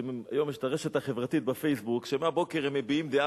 היום יש הרשת החברתית ב"פייסבוק" שמהבוקר הם מביעים דעה